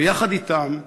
ויחד אתם,